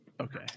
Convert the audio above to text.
Okay